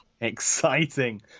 Exciting